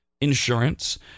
insurance